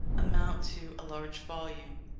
amount to a large volume.